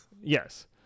Yes